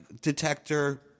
detector